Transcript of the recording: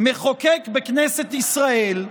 מחוקק בכנסת ישראל,